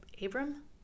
Abram